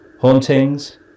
hauntings